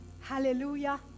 hallelujah